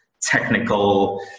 technical